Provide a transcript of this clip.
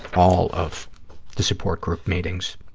all of the support group meetings.